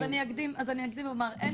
אני אקדים ואומר, אין